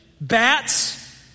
bats